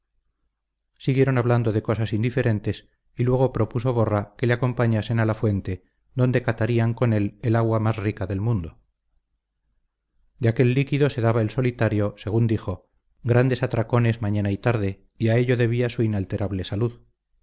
siguieron hablando de cosas indiferentes y luego propuso borra que le acompañasen a la fuente donde catarían con él el agua más rica del mundo de aquel líquido se daba el solitario según dijo grandes atracones mañana y tarde y a ello debía su inalterable salud